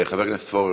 חבר הכנסת פורר,